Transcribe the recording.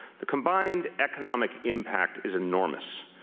the combined economic impact is enormous.